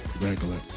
regular